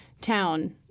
town